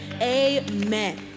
Amen